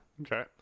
Okay